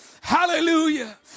Hallelujah